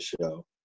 show